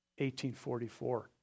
1844